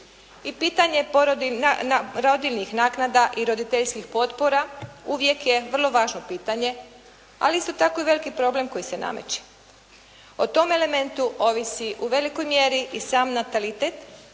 I pitanje rodiljnih naknada i roditeljskih potpora uvijek je vrlo važno pitanje, ali isto tako i veliki problem koji se nameće. O tom elementu ovisi u velikoj mjeri i sam natalitet